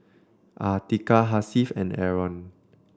Atiqah Hasif and Aaron